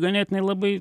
ganėtinai labai